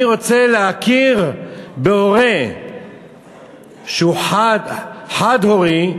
אני רוצה להכיר בהורה שהוא חד-הורי,